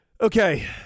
Okay